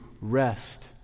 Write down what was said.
rest